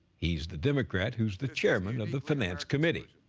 he's the democrat who's the chairman of the finance committee.